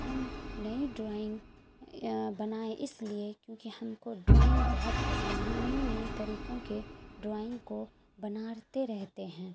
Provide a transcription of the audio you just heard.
ہم نئی ڈرائنگ بنائیں اس لیے کیونکہ ہم کو ڈرائنگ بہت پسند ہے ہم نئی نئی طریقوں کے ڈرائنگ کو بناتے رہتے ہیں